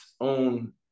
own